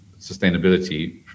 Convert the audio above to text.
sustainability